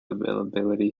availability